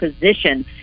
position